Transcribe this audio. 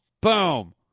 Boom